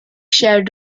shared